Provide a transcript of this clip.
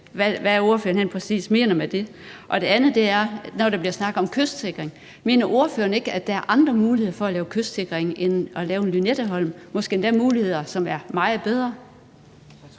hvad ordføreren helt præcis mener med det. Noget andet er, at når der bliver snakket om kystsikring, mener ordføreren så ikke, at der er andre muligheder for at lave kystsikring end at lave en Lynetteholm – og måske endda muligheder, der er meget bedre?